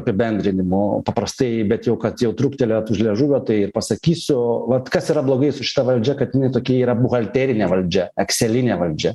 apibendrinimų paprastai bet jau kad jau truktelėjot už liežuvio tai ir pasakysiu vat kas yra blogai su šita valdžia kad jinai tokia yra buhalterinė valdžia eksėlinė valdžia